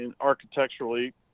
architecturally